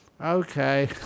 Okay